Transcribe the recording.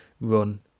run